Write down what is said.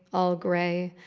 all gray,